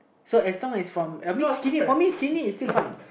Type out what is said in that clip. so as long as from I mean skinny for me skinny is still fine